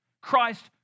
Christ